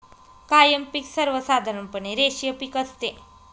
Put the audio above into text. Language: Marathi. कायम पिक सर्वसाधारणपणे रेषीय पिक असते